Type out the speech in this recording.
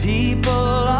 People